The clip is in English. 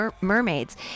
mermaids